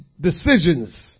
decisions